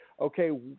okay